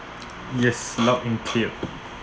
yes loud and clear